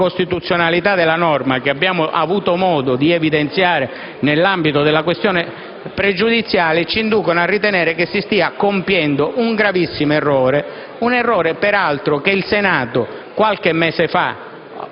di costituzionalità della norma che abbiamo avuto modo di evidenziare nell'ambito della discussione sulla questione pregiudiziale, ci inducono a ritenere che si stia compiendo un gravissimo errore, che peraltro il Senato qualche mese fa,